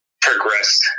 progressed